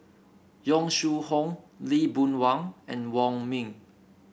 Yong Shu Hoong Lee Boon Wang and Wong Ming